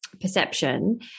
perception